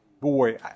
Boy